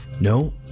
no